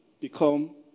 become